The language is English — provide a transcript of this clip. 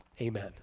amen